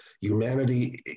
Humanity